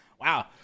Wow